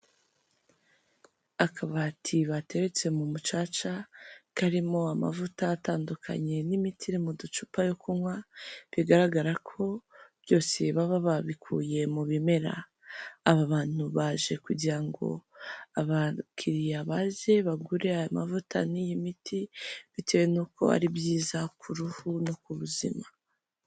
Akabati bateretse mu mucaca, karimo amavuta atandukanye, n'imiti iri mu ducupa yo kunywa, bigaragara ko byose baba babikuye mu bimera, aba bantu baje kugira ngo abakiriya baze bagure aya mavuta n'iy'imiti, bitewe n'uko ari byiza ku ruhu no ku buzima.